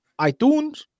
iTunes